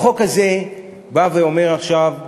החוק הזה בא ואומר עכשיו,